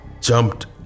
jumped